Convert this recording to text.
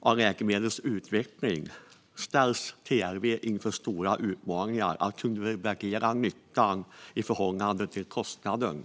av läkemedlens utveckling ställs TLV inför stora utmaningar att kunna värdera nyttan i förhållande till kostnaden.